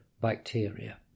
bacteria